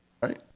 Right